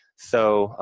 so,